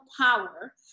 power